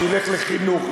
שילך לחינוך,